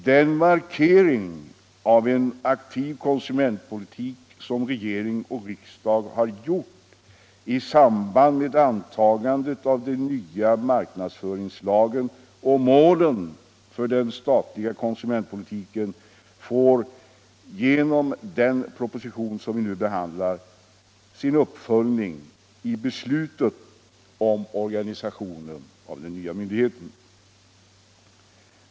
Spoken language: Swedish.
Den markering av en aktiv konsumentpolitik som regering och riksdag har gjort i samband med antagandet av den nya marknadsföringslagen och målen för den statliga konsumentpolitiken får genom den proposition som vi nu behandlar sin uppföljning i beslutet om organisationen för den nya myndigheten.